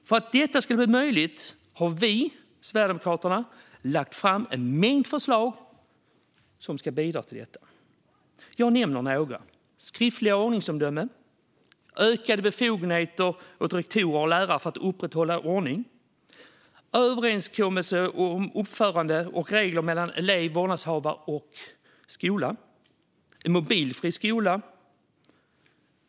För att detta ska bli möjligt har vi i Sverigedemokraterna lagt fram en mängd förslag som ska bidra till det. Jag nämner några: skriftliga ordningsomdömen, ökade befogenheter för rektorer och lärare att upprätthålla ordning, överenskommelser om uppförande och regler mellan elever, vårdnadshavare och skola samt mobilfri skola.